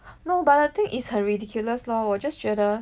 no but the thing is 很 ridiculous lor 我 just 觉得